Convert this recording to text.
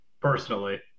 personally